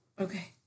Okay